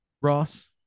ross